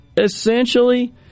essentially